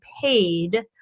paid